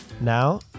Now